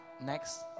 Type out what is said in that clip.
Next